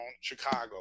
Chicago